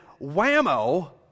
whammo